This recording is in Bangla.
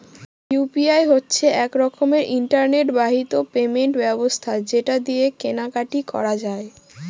ইউ.পি.আই হচ্ছে এক রকমের ইন্টারনেট বাহিত পেমেন্ট ব্যবস্থা যেটা দিয়ে কেনা কাটি করা যায়